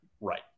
right